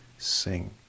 sing